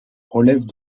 relèvent